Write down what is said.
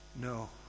No